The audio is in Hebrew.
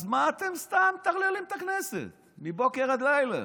אז מה אתם סתם מטרללים את הכנסת מבוקר עד לילה